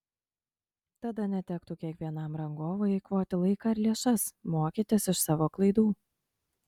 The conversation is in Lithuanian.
tada netektų kiekvienam rangovui eikvoti laiką ir lėšas mokytis iš savo klaidų